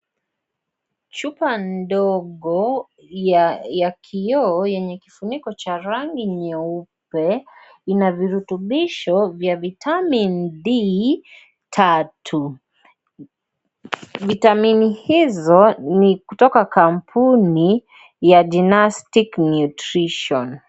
Chupa ndogo ya kioo yenye kifuniko cha rangi nyeupe ina virutubisho vya vitaminD3 . Vutamini hizo ni kutoka kampuni ya Dinastick Nutrition.